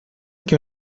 que